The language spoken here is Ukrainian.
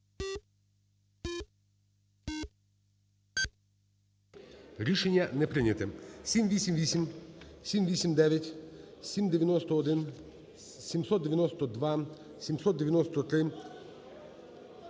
Рішення не прийнято.